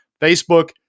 Facebook